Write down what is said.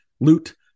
Loot